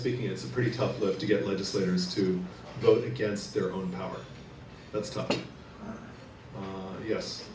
speaking it's a pretty tough look to get legislators to vote against their own power that's tough